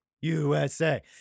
USA